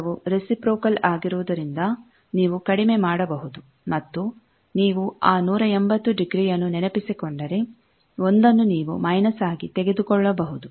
ಜಾಲವು ರೆಸಿಪ್ರೋಕಲ್ ಆಗಿರುವುದರಿಂದ ನೀವು ಕಡಿಮೆ ಮಾಡಬಹುದು ಮತ್ತು ನೀವು ಆ 180 ಡಿಗ್ರಿ ಯನ್ನು ನೆನಪಿಸಿಕೊಂಡರೆ ಒಂದನ್ನು ನೀವು ಮೈನಸ್ ಆಗಿ ತೆಗೆದುಕೊಳ್ಳಬಹುದು